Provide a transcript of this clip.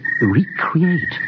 recreate